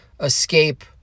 escape